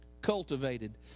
Cultivated